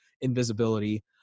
invisibility